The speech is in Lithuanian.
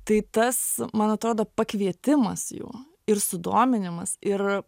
tai tas man atrodo pakvietimas jų ir sudominimas ir